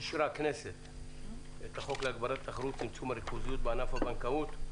אישרה הכנסת את החוק להגברת התחרות וצמצום הריכוזיות בענף הבנקאות.